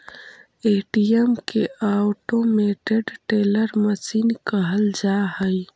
ATM के automated teller machine कहल जा हइ